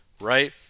right